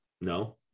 No